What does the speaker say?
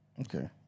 Okay